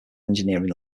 engineering